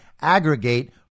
aggregate